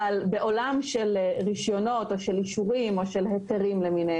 אבל בעולם של רישיונות או אישורים או של --- למיניהם,